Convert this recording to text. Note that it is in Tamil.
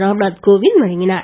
ராம்நாத் கோவிந்த் வழங்கினார்